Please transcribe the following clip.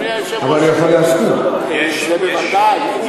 זה בוודאי.